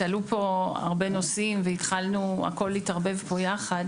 עלו פה הרבה נושאים והכול התערבב פה יחד.